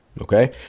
Okay